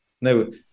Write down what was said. no